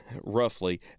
roughly